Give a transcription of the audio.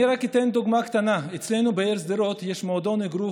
ואני אתן רק דוגמה קטנה: אצלנו בעיר שדרות יש מועדון אגרוף,